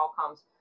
outcomes